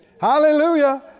Hallelujah